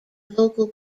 vocal